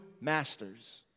masters